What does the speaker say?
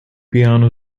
piano